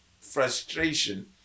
frustration